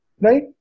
right